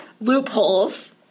loopholes